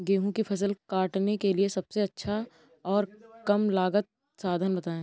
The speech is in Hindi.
गेहूँ की फसल काटने के लिए सबसे अच्छा और कम लागत का साधन बताएं?